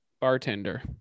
bartender